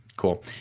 cool